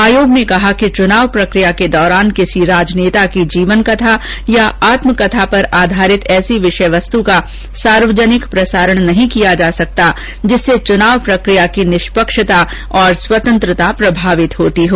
आयोग ने कहा कि चुनाव प्रकिया के दौरान किसी राजनेता की जीवनकथा या आत्मकथा पर आधारित ऐसी विषयवस्तु का सार्वजनिक प्रसारण नहीं किया जा सकता जिससे चुनाव प्रकिया की निष्पक्षता और स्वतंत्रता प्रभावित होती हो